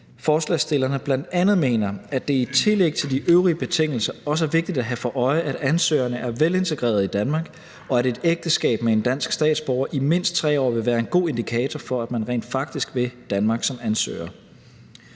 forslagsstillerne bl.a. mener, at det i tillæg til de øvrige betingelser også er vigtigt at have for øje, at ansøgerne er velintegrerede i Danmark, og at et ægteskab med en dansk statsborger i mindst 3 år vil være en god indikator for, at man rent faktisk vil Danmark som ansøger.